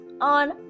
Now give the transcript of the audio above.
on